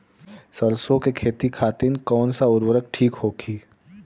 सरसो के खेती खातीन कवन सा उर्वरक थिक होखी?